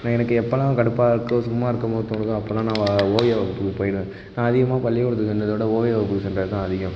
எனக்கு எப்பெல்லாம் கடுப்பாக இருக்கோ சும்மா இருக்கமோனு தோணுதோ அப்பெல்லாம் நான் வா ஓவிய வகுப்புக்கு போயிடுவேன் நான் அதிகமாக பள்ளிக்கூடத்தில் இருந்ததை விட ஓவிய வகுப்புக்கு சென்றது தான் அதிகம்